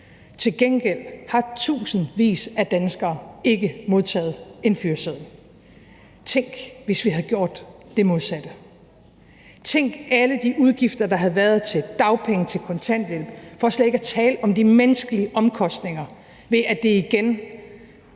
Til gengæld har tusindvis af danskere ikke modtaget en fyreseddel. Tænk, hvis vi havde gjort det modsatte. Tænk på alle de udgifter, der havde været, til dagpenge og til kontanthjælp for slet ikke at tale om de menneskelige omkostninger ved, at det igen